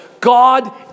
God